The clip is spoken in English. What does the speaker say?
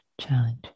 challenge